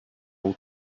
all